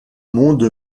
monde